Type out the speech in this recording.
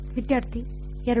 ವಿದ್ಯಾರ್ಥಿ 2